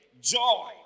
joy